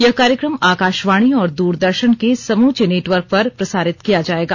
यह कार्यक्रम आकाशवाणी और दूरदर्शन के समूचे नेटवर्क पर प्रसारित किया जाएगा